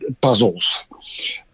puzzles